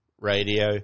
radio